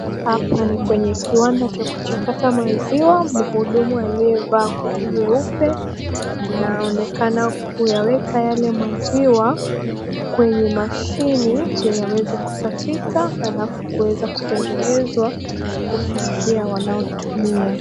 Hapa ni kwenye kiwanda cha kuchakata maziwa muhudumu aliyevaa koti nyeupe anaonekana kuyaweka yale maziwa mwenye mashini ndo yaweze kusafika alafu yaweze kutengenezwa kufikia wanaotumia.